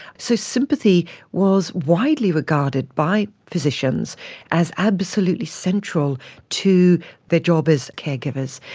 so sympathy was widely regarded by physicians as absolutely central to their job as caregivers.